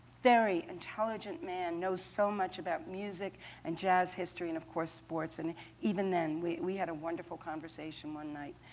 very intelligent man, knows so much about music and jazz history, and, of course, sports. and even then, we we had a wonderful conversation one night.